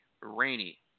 rainy